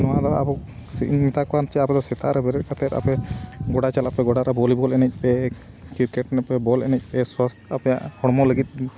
ᱱᱚᱣᱟ ᱫᱚ ᱟᱵᱚ ᱪᱮᱫ ᱤᱧ ᱢᱮᱛᱟ ᱠᱚᱣᱟ ᱥᱮ ᱟᱵᱚ ᱫᱚ ᱥᱮᱛᱟᱜ ᱨᱮ ᱵᱮᱨᱮᱫ ᱠᱟᱛᱮᱫ ᱟᱯᱮ ᱜᱚᱰᱟ ᱪᱟᱞᱟᱜ ᱯᱮ ᱜᱚᱰᱟ ᱨᱮ ᱵᱷᱚᱞᱤᱵᱚᱞ ᱮᱱᱮᱡ ᱯᱮ ᱠᱨᱤᱠᱮᱴ ᱮᱱᱮᱡ ᱯᱮ ᱵᱚᱞ ᱮᱱᱮᱡ ᱯᱮ ᱥᱟᱥᱛᱷᱚ ᱦᱩᱭᱩᱜ ᱛᱟᱯᱮᱭᱟ ᱦᱚᱲᱢᱚ ᱞᱟᱹᱜᱤᱫ